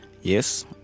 Yes